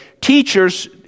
Teachers